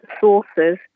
sources